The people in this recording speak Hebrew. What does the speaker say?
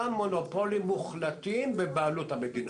וחצי,